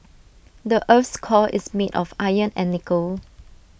the Earth's core is made of iron and nickel